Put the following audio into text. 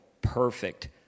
perfect